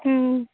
హ